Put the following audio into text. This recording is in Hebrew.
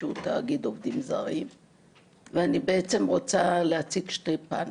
שהוא תאגיד של עובדים זרים ואני בעצם רוצה להציג שני פנים.